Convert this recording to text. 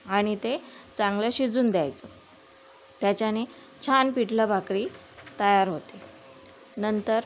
आणि ते चांगलं शिजून द्यायचं त्याच्याने छान पिठलं भाकरी तयार होते नंतर